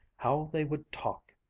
how they would talk!